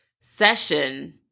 session